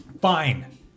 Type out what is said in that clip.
Fine